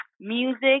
music